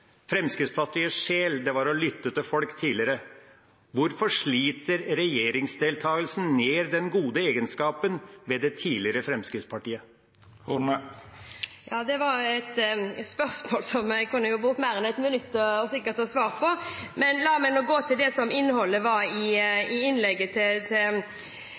Fremskrittspartiets sjel var tidligere å lytte til folk. Hvorfor sliter regjeringsdeltakelsen ned den gode egenskapen ved det tidligere Fremskrittspartiet? Det var et spørsmål jeg kunne brukt mer enn et minutt på å svare på. Men la meg gå til innholdet i innlegget,